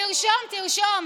תרשום, תרשום: